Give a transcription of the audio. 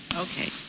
Okay